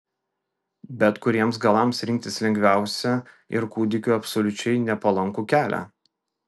bet kuriems galams rinktis lengviausia ir kūdikiui absoliučiai nepalankų kelią